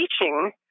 teaching